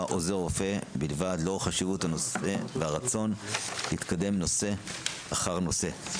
עוזר רופא בלבד לאור חשיבות הנושא והרצון להתקדם נושא אחר נושא.